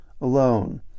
alone